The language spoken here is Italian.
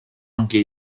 anche